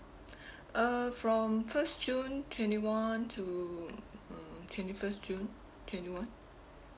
err from first june twenty one to twenty first june twenty one